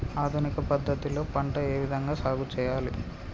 ఆధునిక పద్ధతి లో పంట ఏ విధంగా సాగు చేయాలి?